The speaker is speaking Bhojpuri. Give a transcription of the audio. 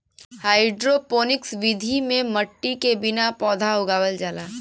हाइड्रोपोनिक्स विधि में मट्टी के बिना पौधा उगावल जाला